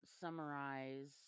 summarize